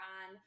on